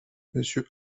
monsieur